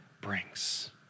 brings